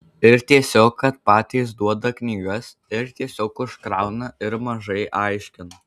ir tiesiog kad patys duoda knygas ir tiesiog užkrauna ir mažai aiškina